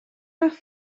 nach